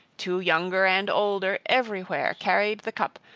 to younger and older everywhere carried the cup,